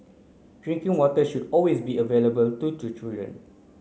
drinking water should always be available to children